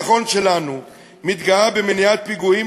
מערכת הביטחון שלנו מתגאה במניעת פיגועים